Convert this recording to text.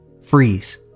freeze